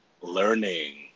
learning